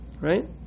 right